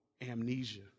amnesia